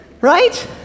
right